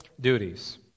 duties